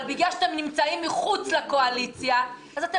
בגלל שאתם נמצאים מחוץ לקואליציה אתם